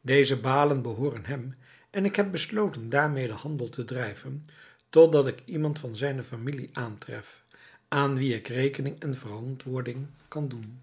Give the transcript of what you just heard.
deze balen behooren hem en ik heb besloten daarmede handel te drijven totdat ik iemand van zijne familie aantref aan wien ik rekening en verantwoording kan doen